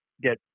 get